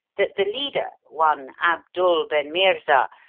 that the leader, one abdul ben meerza,